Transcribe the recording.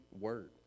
word